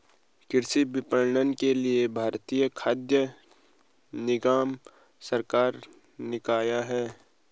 कृषि विपणन के लिए भारतीय खाद्य निगम सरकारी निकाय है